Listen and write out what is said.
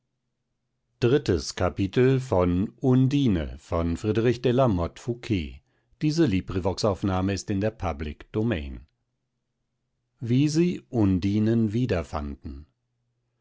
wie sie undinen